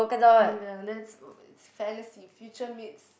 um ya that's uh it's fantasy future meets